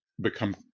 become